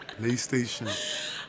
PlayStation